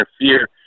interfere